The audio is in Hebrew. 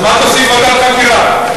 אז מה תוסיף ועדת חקירה?